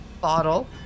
bottle